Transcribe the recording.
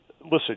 Listen